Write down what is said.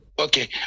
Okay